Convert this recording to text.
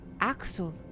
Axel